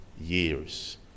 years